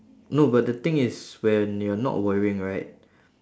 no but the thing is when you are not worrying right